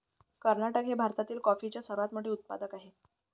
कर्नाटक हे भारतातील कॉफीचे सर्वात मोठे उत्पादक आहे